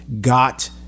got